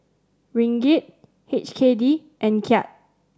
Ringgit H K D and Kyat